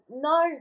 No